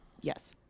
Yes